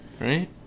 right